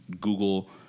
Google